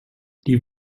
die